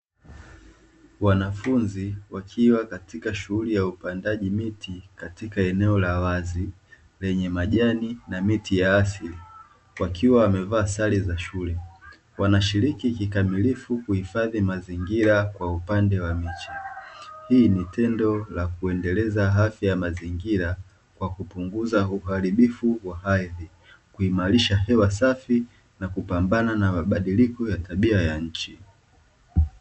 Wanafunzi wakiwa katika shughuli ya upandaji miti katika eneo la wazi, lenye majani na miti ya asili wakiwa wamevaa sare za shule, wanashiriki kikamilifu kuhifadhi mazingira kwa upande wa miche. Hili ni tendo la kuendeleza afya ya mazingira kwa kupuguza uharibifu wa hadhi, kuimarisha hewa safi na kupambana na mabadiliko ya tabia ya nchi.